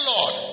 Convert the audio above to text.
Lord